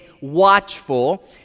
watchful